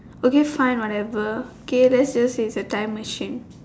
okay fine whatever K let's just say it's a time machine